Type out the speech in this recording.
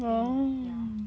then you ya